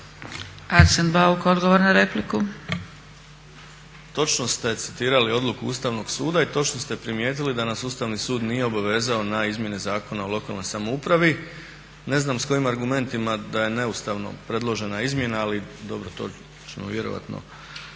Arsen Bauk odgovor na repliku.